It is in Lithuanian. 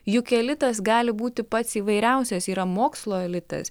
juk elitas gali būti pats įvairiausias yra mokslo elitas